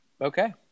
Okay